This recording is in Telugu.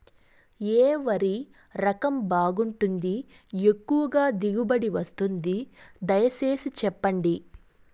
ఏ వరి రకం బాగుంటుంది, ఎక్కువగా దిగుబడి ఇస్తుంది దయసేసి చెప్పండి?